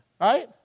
right